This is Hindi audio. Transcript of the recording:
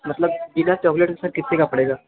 मतलब बिना चॉकलेट उसका कितने का पड़ेगा